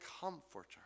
comforter